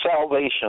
salvation